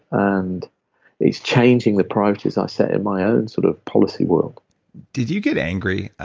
and it's changing the priorities i set in my own sort of policy world did you get angry?